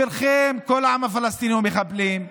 בשבילכם כל העם הפלסטיני מחבלים.